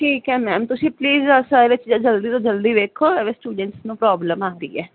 ਠੀਕ ਐ ਮੈਮ ਤੁਸੀਂ ਪਲੀਸ ਆਹ ਸਾਰਾ ਕੁਛ ਜਲਦੀ ਤੋਂ ਜਲਦੀ ਵੇਖੋ ਐਮੇ ਸਟੂਡੈਂਟਸ ਨੂੰ ਪ੍ਰੋਬਲਮ ਆਉਂਦੀ ਐ